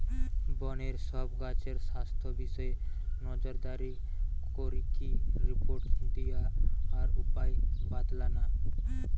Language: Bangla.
বনের সব গাছের স্বাস্থ্য বিষয়ে নজরদারি করিকি রিপোর্ট দিয়া আর উপায় বাৎলানা